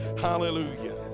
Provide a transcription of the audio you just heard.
Hallelujah